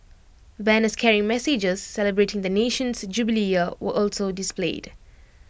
banners carrying messages celebrating the nation's jubilee year were also displayed